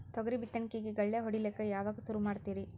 ತೊಗರಿ ಬಿತ್ತಣಿಕಿಗಿ ಗಳ್ಯಾ ಹೋಡಿಲಕ್ಕ ಯಾವಾಗ ಸುರು ಮಾಡತೀರಿ?